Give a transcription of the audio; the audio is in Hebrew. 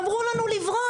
אמרו לנו לברוח.